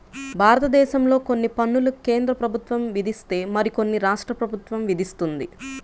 భారతదేశంలో కొన్ని పన్నులు కేంద్ర ప్రభుత్వం విధిస్తే మరికొన్ని రాష్ట్ర ప్రభుత్వం విధిస్తుంది